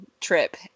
trip